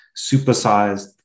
supersized